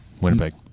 Winnipeg